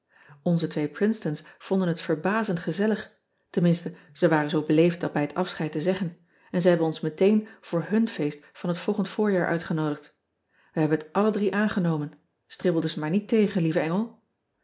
nze twee rincetons vonden het verbazend gezellig tenminste ze waren zoo beleefd dat bij het afscheid te zeggen en ze hebben ons meteen voor hun feest van het volgend voorjaar uitgenoodigd e hebben het alle drie aangenomen stribbel dus maar niet tegen lieve engel